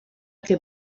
que